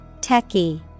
Techie